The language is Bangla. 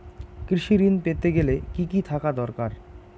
কৃষিঋণ পেতে গেলে কি কি থাকা দরকার?